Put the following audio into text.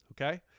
Okay